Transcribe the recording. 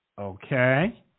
Okay